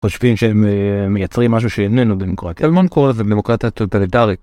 חושבים שהם מייצרים משהו שאיננו במקור. טלמון קורא לזה דמוקרטיה טוטליטרית.